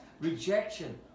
rejection